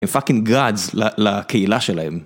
הם פאקינג gods ל.. לקהילה שלהם